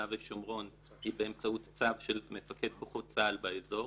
ושומרון היא באמצעות צו של מפקד כוחות צה"ל באזור.